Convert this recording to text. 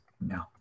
No